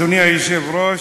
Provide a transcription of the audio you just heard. אדוני היושב-ראש,